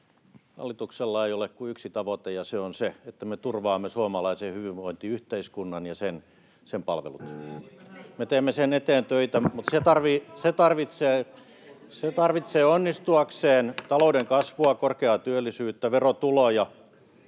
Hallituksella ei ole kuin yksi tavoite, ja se on se, että me turvaamme suomalaisen hyvinvointiyhteiskunnan ja sen palvelut. [Vasemmalta: Leikkaamalla!] Me teemme sen eteen töitä, mutta se tarvitsee onnistuakseen talouden kasvua, [Välihuutoja